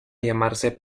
llamarse